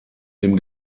dem